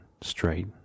straight